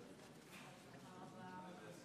אותה.